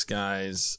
guy's